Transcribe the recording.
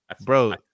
Bro